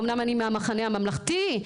אמנם אני מהמחנה הממלכתי,